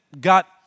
got